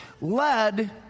led